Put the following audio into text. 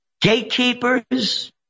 Gatekeepers